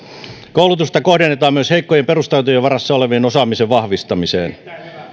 koulutusta kohdennetaan myös heikkojen perustaitojen varassa olevien osaamisen vahvistamiseen